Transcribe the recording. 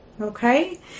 okay